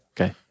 okay